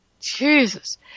Jesus